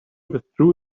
withdrew